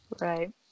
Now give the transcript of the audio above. Right